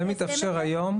זה מתאפשר היום?